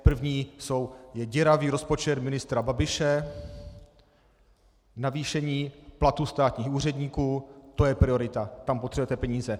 První je děravý rozpočet ministra Babiše, navýšení platů státních úředníků to je priorita a tam potřebujete peníze!